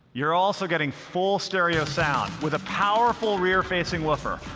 you're also getting full stereo sound with a powerful rear-facing woofer.